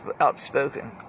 outspoken